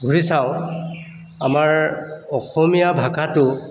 ঘূৰি চাওঁ আমাৰ অসমীয়া ভাষাটো